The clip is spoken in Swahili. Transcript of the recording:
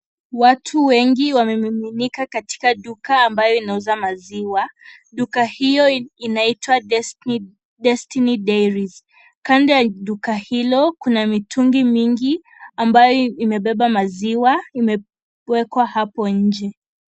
Watu wengi wamemiminika katika duka ambayo inauza maziwa , duka hiyo inaitwa Destiny dairy kando ya duka hilo kuna mitungi mingi ambayo imebeba maziwa imewekwa hapo nje.